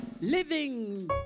Living